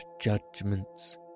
judgments